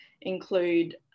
include